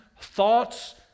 thoughts